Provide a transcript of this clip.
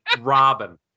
Robin